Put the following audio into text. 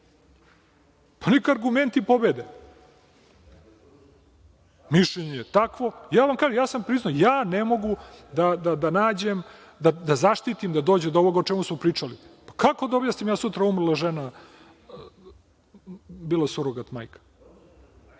pa neka argumenti pobede. Mišljenje je takvo. Kažem vam, ja sam priznao, ne mogu da nađem da zaštitim da dođe do ovoga o čemu smo pričali. Kako da objasnim ja sutra da je umrla žena, bila je surogat majka?